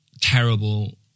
terrible